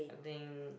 I think